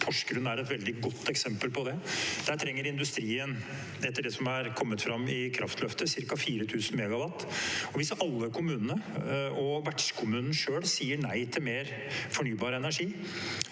Porsgrunn er et veldig godt eksempel på det. Der trenger industrien, etter det som er kommet fram i Kraftløftet, ca. 4 000 MW. Hvis alle kommunene og vertskommunen selv sier nei til mer fornybar energi